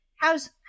How's